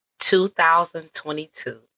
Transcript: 2022